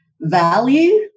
value